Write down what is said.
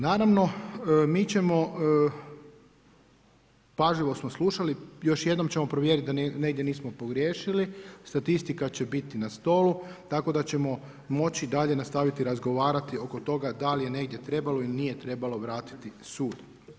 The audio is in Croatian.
Naravno mi ćemo, pažljivo smo slušali, još jednom ćemo provjeriti da negdje nismo pogriješili, statistika će biti na stolu tako da ćemo moći dalje nastaviti razgovarati oko toga da li je negdje trebalo ili nije trebalo vratiti sud.